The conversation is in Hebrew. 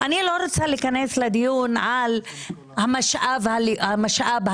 אני לא רוצה להיכנס לדיון על המשאב הלאומי